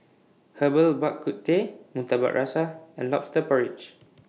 Herbal Bak Ku Teh Murtabak Rusa and Lobster Porridge